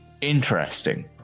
interesting